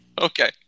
okay